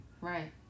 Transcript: Right